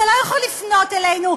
אתה לא יכול לפנות אלינו,